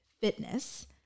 fitness